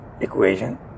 equation